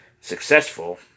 successful